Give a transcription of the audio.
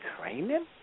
training